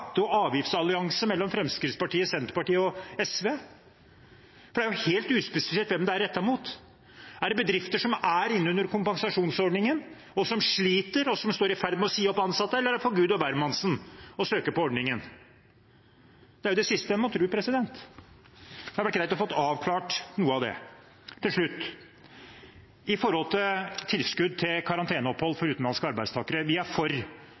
og avgiftsallianse mellom Fremskrittspartiet, Senterpartiet og SV. Det er helt uspesifisert hvem det er rettet mot. Er det for bedrifter som hører inn under kompensasjonsordningen, og som sliter og er i ferd med å si opp ansatte, eller kan gud og hvermann søke på ordningen? Det er jo det siste en må tro. Det hadde vært greit å få avklart noe av det. Til slutt, om tilskudd til karanteneopphold for utenlandske arbeidstakere: Vi er for